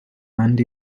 earned